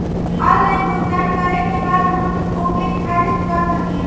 Online भुगतान करे के बाद हम ओके खारिज कर सकेनि?